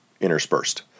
interspersed